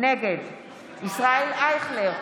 נגד ישראל אייכלר,